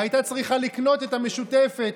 והיא הייתה צריכה לקנות את המשותפת,